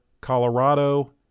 Colorado